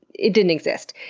it didn't exist.